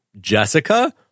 Jessica